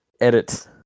Edit